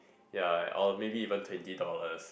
ya or maybe even twenty dollars